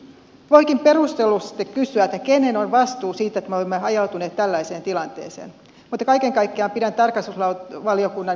voikin perustellusti kysyä kenen on vastuu siitä että me olemme ajautuneet tällaiseen tilanteeseen mutta kaiken kaikkiaan pidän tarkastusvaliokunnan mietintöä erinomaisena